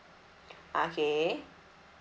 okay